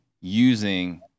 using